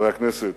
חברי הכנסת,